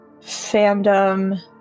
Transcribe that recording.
fandom